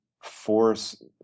force